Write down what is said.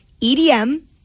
EDM